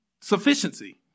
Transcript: sufficiency